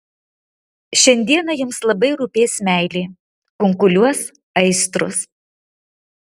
šiandieną jums labai rūpės meilė kunkuliuos aistros